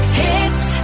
hits